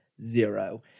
zero